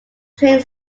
trained